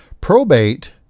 Probate